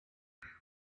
note